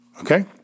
okay